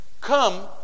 Come